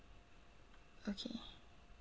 okay